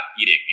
eating